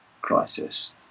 crisis